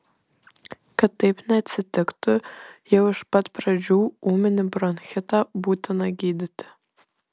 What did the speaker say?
kad taip neatsitiktų jau iš pat pradžių ūminį bronchitą būtina gydyti